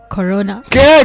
Corona